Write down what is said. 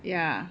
ya